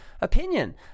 opinion